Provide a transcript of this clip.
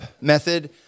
method